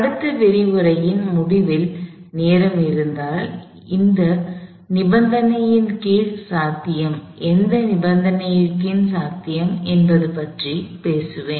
அடுத்த விரிவுரையின் முடிவில் நேரம் இருந்தால் எந்த நிபந்தனையின் கீழ் சாத்தியம் என்பது பற்றி பேசுவேன்